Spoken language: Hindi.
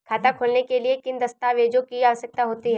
खाता खोलने के लिए किन दस्तावेजों की आवश्यकता होती है?